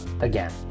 again